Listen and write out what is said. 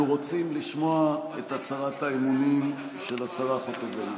אנחנו רוצים לשמוע את הצהרת האמונים של השרה חוטובלי.